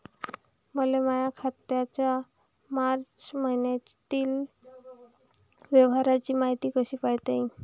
मले माया खात्याच्या मार्च मईन्यातील व्यवहाराची मायती कशी पायता येईन?